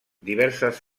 diverses